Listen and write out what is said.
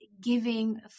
giving